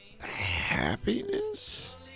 Happiness